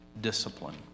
discipline